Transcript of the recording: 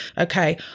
okay